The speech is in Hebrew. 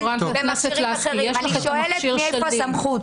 במכשירים אחרים אני שואלת מאיפה הסמכות.